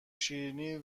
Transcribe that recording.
شیرینی